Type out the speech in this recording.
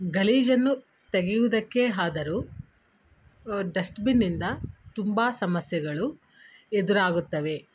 ಗಲೀಜನ್ನು ತೆಗೆಯುವುದಕ್ಕೆ ಆದರೂ ಡಸ್ಟ್ಬಿನ್ನಿಂದ ತುಂಬ ಸಮಸ್ಯೆಗಳು ಎದುರಾಗುತ್ತವೆ